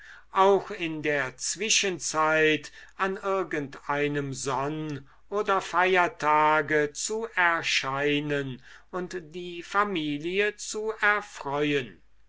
auch in der zwischenzeit an irgendeinem sonn oder feiertage zu erscheinen und die familie zu erfreuen